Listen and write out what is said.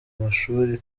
amashuri